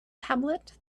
tablet